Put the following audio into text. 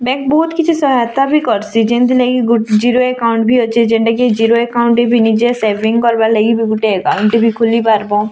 bank ବହୁତ୍ କିଛି ସହାୟତା ବି କରସିଁ ଯେନ୍ତି ଲାଗି ଗୋ ଜିରୋ ଏକାଉଣ୍ଟ୍ ବି ଅଛି ଯେନ୍ଟା କି ଜିରୋ ଏକାଉଣ୍ଟ୍ ବି ନିଜେ ସେଭିଂ କରବା ଲାଗି ବି ଗୁଟେ ଏକାଉଣ୍ଟ୍ ବି ଖୋଲି ପାର୍ବ